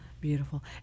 Beautiful